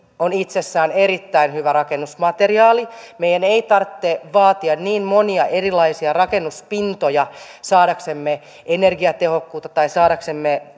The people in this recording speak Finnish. on itsessään erittäin hyvä rakennusmateriaali meidän ei tarvitse vaatia niin monia erilaisia rakennuspintoja saadaksemme energiatehokkuutta tai saadaksemme